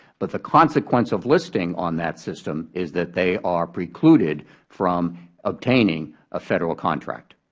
but the consequence of listing on that system is that they are precluded from obtaining a federal contract.